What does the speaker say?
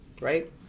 right